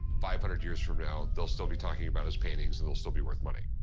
five hundred years from now, they'll still be talking about his paintings and they'll still be worth money.